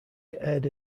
aired